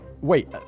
Wait